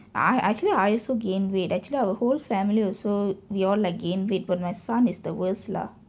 I I actually I also gained weight actually our whole family also we all like gained weight but my son is the worst lah